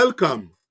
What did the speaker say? Welcome